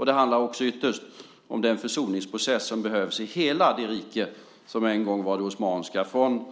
Ytterst handlar det om den försoningsprocess som behövs i hela det rike som en gång var det osmanska, från